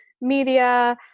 media